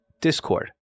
Discord